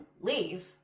leave